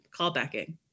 callbacking